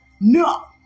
No